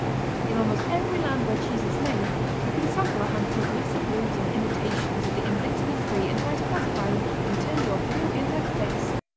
in almost every, land where cheese is made you can sample a handful of lesser blues and imitations of the invincible three and try to classify them, until you're blue in the face.